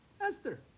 Esther